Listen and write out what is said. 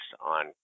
on